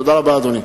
תודה רבה, אדוני.